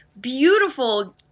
beautiful